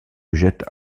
jette